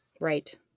Right